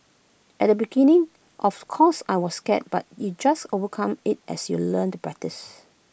at the beginning of course I was scared but you just overcome IT as you learn and practice